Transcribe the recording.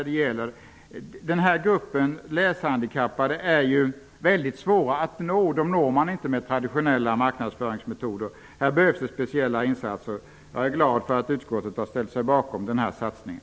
Den här gruppen läshandikappade är ju väldigt svår att nå. Man når den inte med traditionella marknadsföringsmetoder, utan här behövs speciella insatser. jag är glad över att utskottet har ställt sig bakom den här satsningen.